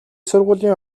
сургуулийн